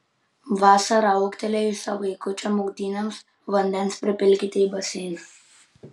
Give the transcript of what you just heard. vasarą ūgtelėjusio vaikučio maudynėms vandens pripilkite į baseiną